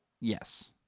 Yes